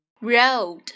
Road